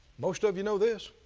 most of you know this,